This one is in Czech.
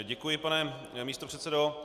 Děkuji, pane místopředsedo.